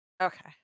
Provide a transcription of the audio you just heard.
Okay